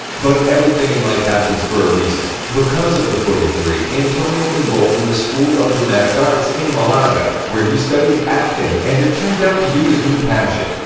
but, everything in life happens for a reason. because of the foot injury, antonio enrolled in the school of dramatic arts in malaga, where he studied acting and it turned out to be his new passion.